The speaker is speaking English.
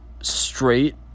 straight